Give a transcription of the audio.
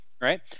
right